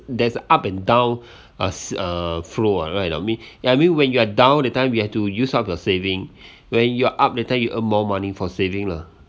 there's a up and down s~ uh flow ah right I mean when you are down that time we have to use up your saving when you are up later you earn more money for saving lah